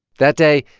that day,